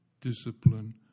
discipline